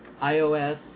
iOS